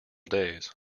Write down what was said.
days